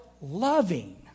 loving